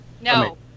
no